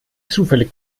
zufällig